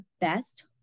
best